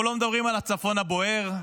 אנחנו לא מדברים על הצפון הבוער?